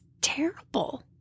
terrible